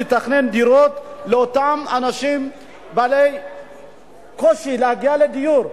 לתכנן דירות לאותם אנשים בעלי קושי להגיע לדיור.